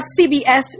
CBS